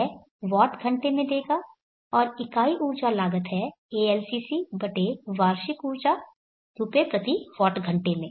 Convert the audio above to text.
यह वॉट घंटे में देगा और इकाई ऊर्जा लागत है ALCC बटे वार्षिक ऊर्जा रुपए प्रति वॉट घंटे